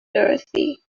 dorothy